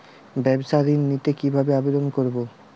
ব্যাবসা ঋণ নিতে কিভাবে আবেদন করব?